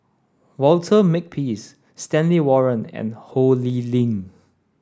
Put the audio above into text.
Walter Makepeace Stanley Warren and Ho Lee Ling